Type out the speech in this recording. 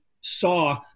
saw